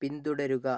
പിന്തുടരുക